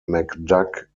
mcduck